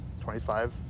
25